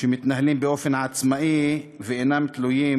שמתנהלים באופן מקצועי ואינם תלויים